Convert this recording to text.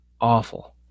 Awful